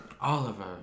Oliver